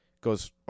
goes